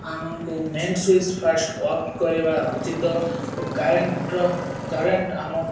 ଆମକୁ main switch first off କରିବା ଉଚିତ ଓ କାରେଣ୍ଟର କରେଣ୍ଟ ଆମ